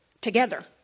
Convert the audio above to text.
together